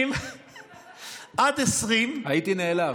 הייתי נעלב.